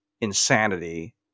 insanity